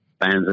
fans